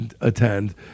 attend